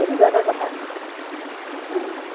তেনেকুৱা এটা কথা অঁ